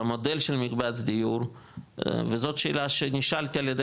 במודל של מקבץ דיור וזאת שאלה שנשאלתי על ידי